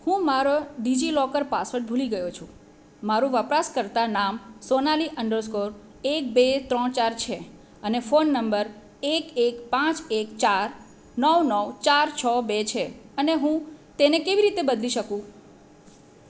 હું મારો DigiLocker password ભૂલી ગયો છું મારું વપરાશકર્તા નામ સોનાલી અંડર સ્કોર એક બે ત્રણ ચાર છે અને ફોન નંબર એક એક પાંચ એક ચાર નવ નવ ચાર છ બે છે અને હું તેને કેવી રીતે બદલી શકું